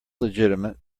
legitimate